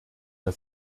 der